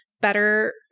better